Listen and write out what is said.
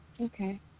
okay